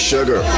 Sugar